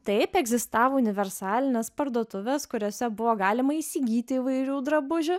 taip egzistavo universalinės parduotuvės kuriose buvo galima įsigyti įvairių drabužių